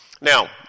Now